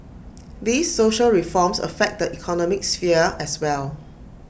these social reforms affect the economic sphere as well